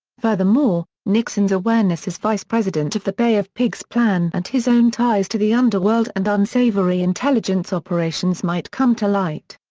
furthermore, nixon's awareness as vice-president of the bay of pigs plan and his own ties to the underworld and unsavory intelligence operations might come to light.